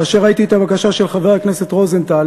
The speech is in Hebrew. כאשר ראיתי את הבקשה של חבר הכנסת רוזנטל